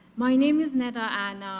my name is, and. and and